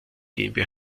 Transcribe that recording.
gmbh